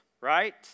right